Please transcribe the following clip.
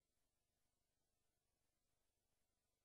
ולמה שר האוצר, למשל, לא